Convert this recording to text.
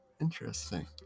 Interesting